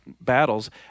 battles